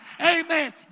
Amen